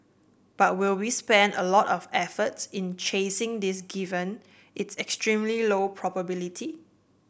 but will we spend a lot of efforts in chasing this given its extremely low probability